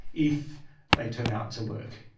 if they turn out to work.